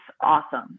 awesome